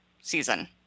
season